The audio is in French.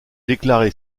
déclarée